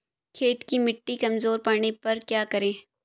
खेत की मिटी कमजोर पड़ने पर क्या करें?